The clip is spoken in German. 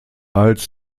als